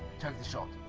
take the shot!